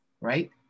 right